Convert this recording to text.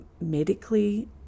medically